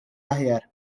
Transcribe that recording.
aħjar